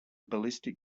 ballistic